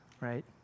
right